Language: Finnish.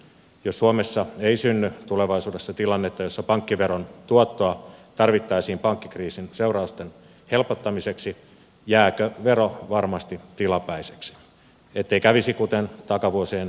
jos suomessa ei synny tulevaisuudessa tilannetta jossa pankkiveron tuottoa tarvittaisiin pankkikriisin seurausten helpottamiseksi jääkö vero varmasti tilapäiseksi ettei kävisi kuten takavuosien ajoneuvoverotarroille